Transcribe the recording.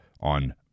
on